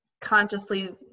consciously